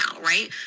right